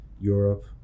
Europe